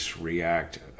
react